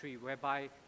whereby